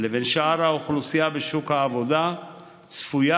לבין שאר האוכלוסייה בשוק העבודה צפויה